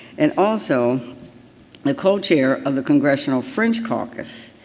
and also the cochair of the congressional french caucus,